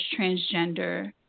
transgender